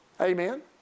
Amen